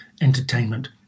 entertainment